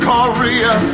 Korea